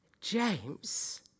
James